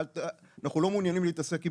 אנחנו לא מעוניינים להתעסק במזון.